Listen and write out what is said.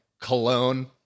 Cologne